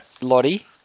Lottie